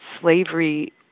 slavery